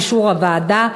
באישור הוועדה,